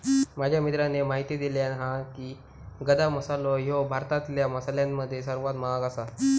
माझ्या मित्राने म्हायती दिल्यानं हा की, गदा मसालो ह्यो भारतातल्या मसाल्यांमध्ये सर्वात महाग आसा